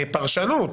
פרשנות